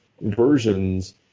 versions